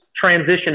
transition